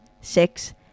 six